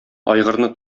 айгырны